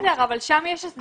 אבל שם יש הסברים אחרים.